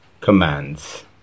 commands